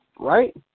right